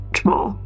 Jamal